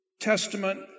Testament